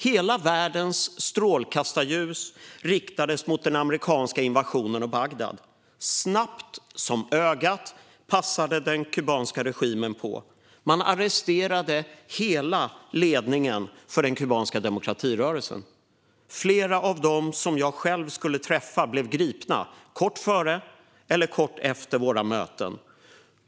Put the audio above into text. Hela världens strålkastarljus riktades mot den amerikanska invasionen och Bagdad. Snabbt som ögat passade den kubanska regimen på att arrestera hela ledningen för den kubanska demokratirörelsen. Flera av dem som jag själv skulle träffa blev gripna kort före eller kort efter våra möten.